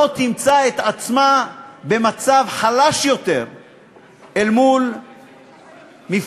לא תמצא את עצמה במצב חלש יותר אל מול מפלגות